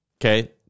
okay